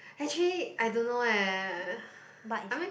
actually I don't know eh I mean